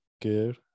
good